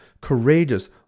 courageous